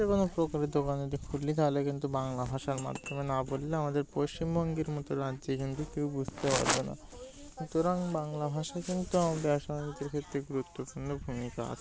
যে কোনো প্রকারের দোকান যদি খুলি তা হলে কিন্তু বাংলা ভাষার মাধ্যমে না বললে আমাদের পশ্চিমবঙ্গের মতো রাজ্যে কিন্তু কেউ বুঝতে পারবে না সুতরাং বাংলা ভাষার কিন্তু আমাদের অর্থনীতির ক্ষেত্রে গুরুত্বপূর্ণ ভূমিকা আছে